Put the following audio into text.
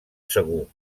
segur